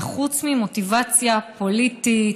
וחוץ ממוטיבציה פוליטית,